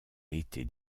été